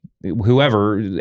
whoever